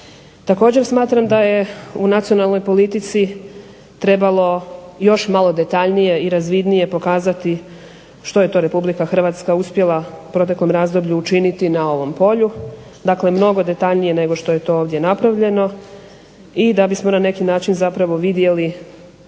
Također smatram da je u nacionalnoj politici trebalo još malo detaljnije i razvidnije pokazati što je to Republika Hrvatska uspjela u proteklom razdoblju učiniti na ovom polju. Dakle, mnogo detaljnije nego što je to ovdje napravljeno. I da bismo na neki način zapravo vidjeli